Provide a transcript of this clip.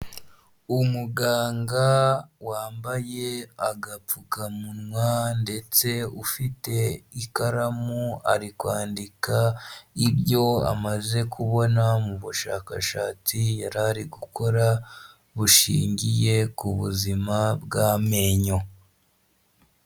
Umuganga wambaye agapfukamunwa ndetse ufite ikaramu ari kwandika ibyo amaze kubona mu bushakashatsi yarari gukora bushingiye ku buzima bw'amenyo.